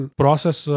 process